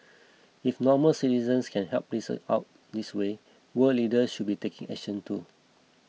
if normal citizens can help out this way world leaders should be taking action too